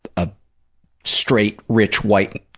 a straight, rich, white,